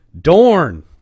Dorn